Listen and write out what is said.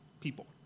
people